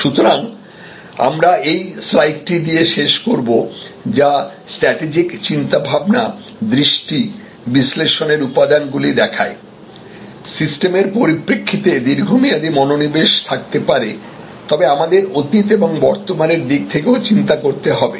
সুতরাং আমরা এই স্লাইডটি দিয়ে শেষ করব যা স্ট্র্যাটেজিক চিন্তাভাবনা দৃষ্টি বিশ্লেষণের উপাদানগুলি দেখায় সিস্টেমের পরিপ্রেক্ষিতে দীর্ঘমেয়াদী মনোনিবেশ থাকতে পারে তবে আমাদের অতীত এবং বর্তমানের দিক থেকেও চিন্তা করতে হবে